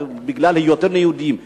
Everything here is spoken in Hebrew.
בגלל היותנו יהודים.